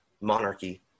monarchy